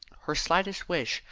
her slightest wish,